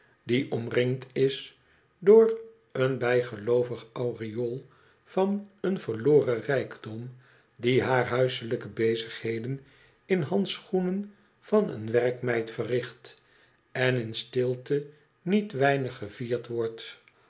die omringd is door een bijgeloovigen aureool van een verloren rijkdom die hare huiselijke bezigheden in handschoenen van een werkmeid verricht en in stilte niet weinig gevierd wordt